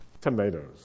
Tomatoes